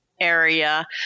area